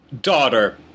Daughter